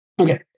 Okay